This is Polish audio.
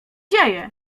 dzieje